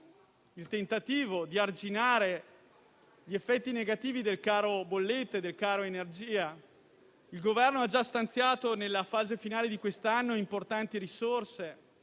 il tentativo di arginare gli effetti negativi del caro bollette e del caro energia. Il Governo ha già stanziato, nella fase finale di quest'anno, importanti risorse